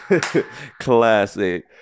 Classic